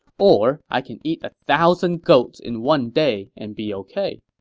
or i can eat a thousand goats in one day and be ok.